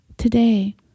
Today